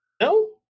No